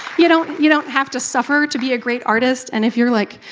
you don't you don't have to suffer to be a great artist. and if you're like,